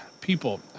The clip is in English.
people